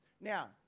Now